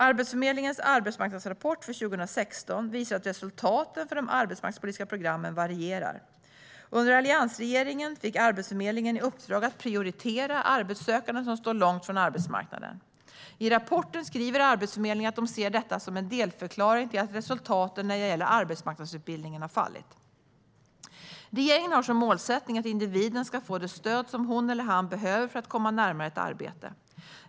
Arbetsförmedlingens arbetsmarknadsrapport för 2016 visar att resultaten för de arbetsmarknadspolitiska programmen varierar. Under alliansregeringen fick Arbetsförmedlingen i uppdrag att prioritera arbetssökande som står långt från arbetsmarknaden. I rapporten skriver Arbetsförmedlingen att man ser detta som en delförklaring till att resultaten när det gäller arbetsmarknadsutbildningen har fallit. Regeringen har som målsättning att individen ska få det stöd som hon eller han behöver för att komma närmare ett arbete.